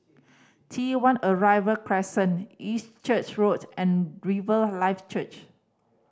T One Arrival Crescent East Church Road and Riverlife Church